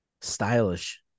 stylish